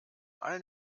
allen